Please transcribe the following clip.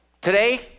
Today